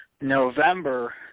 November